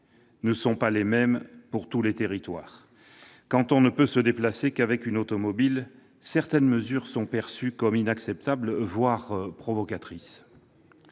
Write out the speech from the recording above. ne sont pas les mêmes pour tous les territoires. Quand on ne peut se déplacer qu'avec une automobile, certaines mesures sont perçues comme inacceptables, voire provocatrices.